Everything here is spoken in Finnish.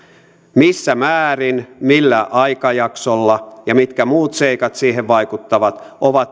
missä määrin millä aikajaksolla ja mitkä muut seikat siihen vaikuttavat ovat